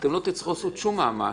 אתם לא תצטרכו לעשות שום מאמץ.